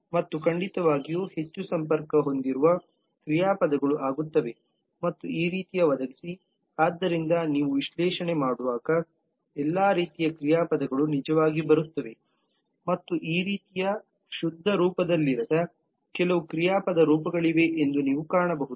ಮತ್ತು ಖಂಡಿತವಾಗಿಯೂ ಹೆಚ್ಚು ಸಂಪರ್ಕ ಹೊಂದಿರುವ ಕ್ರಿಯಾಪದಗಳು ಆಗುತ್ತವೆ ಮತ್ತು ಈ ರೀತಿಯ ಒದಗಿಸಿ ಆದ್ದರಿಂದ ನೀವು ವಿಶ್ಲೇಷಣೆ ಮಾಡುವಾಗ ಎಲ್ಲಾ ರೀತಿಯ ಕ್ರಿಯಾಪದಗಳು ನಿಜವಾಗಿ ಬರುತ್ತವೆ ಮತ್ತು ಈ ರೀತಿಯ ಶುದ್ಧ ರೂಪದಲ್ಲಿರದ ಕೆಲವು ಕ್ರಿಯಾಪದ ರೂಪಗಳಿವೆ ಎಂದು ನೀವು ಕಾಣಬಹುದು